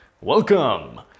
welcome